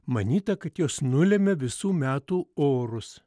manyta kad jos nulemia visų metų orus